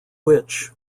which